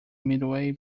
midway